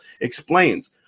explains